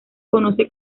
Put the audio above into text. conoce